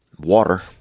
water